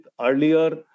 earlier